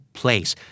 place